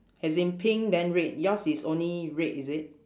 as in pink then red yours is only red is it